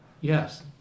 Yes